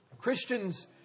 Christians